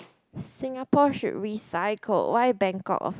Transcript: Singapore should recycle why Bangkok oh